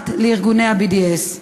ניצחת לארגוני ה-BDS.